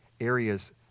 areas